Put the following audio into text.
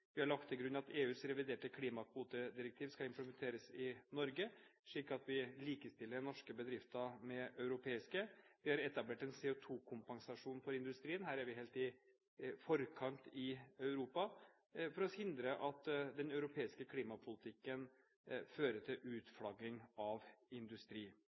Vi har lagt til grunn at EUs reviderte klimakvotedirektiv skal implementeres i Norge, slik at vi likestiller norske bedrifter med europeiske. Vi har etablert en CO2-kompensasjonsordning for industrien – her er vi helt i forkant i Europa – for å hindre at den europeiske klimapolitikken fører til utflagging av industri.